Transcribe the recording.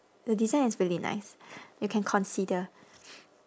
the design is really nice you can consider